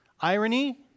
irony